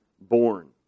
born